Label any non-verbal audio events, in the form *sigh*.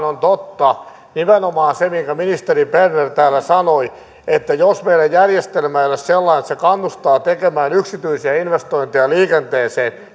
*unintelligible* on totta nimenomaan se minkä ministeri berner täällä sanoi että jos meidän järjestelmämme ei ole sellainen että se kannustaa tekemään yksityisiä investointeja liikenteeseen *unintelligible*